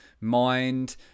mind